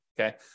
okay